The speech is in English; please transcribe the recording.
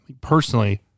personally